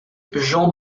gens